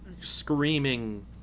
screaming